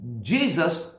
Jesus